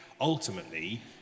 ultimately